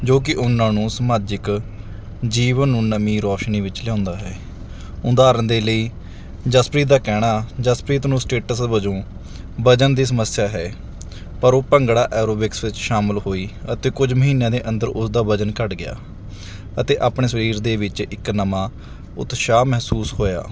ਜੋ ਕਿ ਉਹਨਾਂ ਨੂੰ ਸਮਾਜਿਕ ਜੀਵਨ ਨੂੰ ਨਵੀਂ ਰੌਸ਼ਨੀ ਵਿੱਚ ਲਿਆਉਂਦਾ ਹੈ ਉਦਾਹਰਣ ਦੇ ਲਈ ਜਸਪ੍ਰੀਤ ਦਾ ਕਹਿਣਾ ਜਸਪ੍ਰੀਤ ਨੂੰ ਸਟੇਟਸ ਵਜੋਂ ਵਜ਼ਨ ਦੀ ਸਮੱਸਿਆ ਹੈ ਪਰ ਉਹ ਭੰਗੜਾ ਐਰੋਬਿਕਸ ਵਿੱਚ ਸ਼ਾਮਿਲ ਹੋਈ ਅਤੇ ਕੁਝ ਮਹੀਨਿਆਂ ਦੇ ਅੰਦਰ ਉਸ ਦਾ ਵਜ਼ਨ ਘੱਟ ਗਿਆ ਅਤੇ ਆਪਣੇ ਸਰੀਰ ਦੇ ਵਿੱਚ ਇੱਕ ਨਵਾਂ ਉਤਸ਼ਾਹ ਮਹਿਸੂਸ ਹੋਇਆ